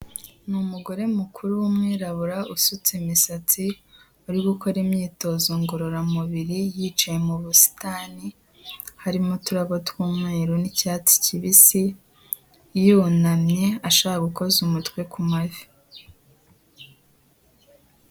Ni umugore mukuru w'umwirabura usutse imisatsi, uri gukora imyitozo ngororamubiri yicaye mu busitani harimo uturabo tw'umweru n'icyatsi kibisi, yunamye ashaka gukoza umutwe ku mavi.